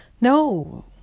no